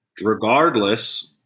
Regardless